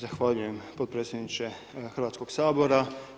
Zahvaljujem potpredsjedniče Hrvatskog sabora.